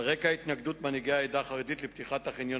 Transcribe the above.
על רקע התנגדות מנהיגי העדה החרדית לפתיחת החניון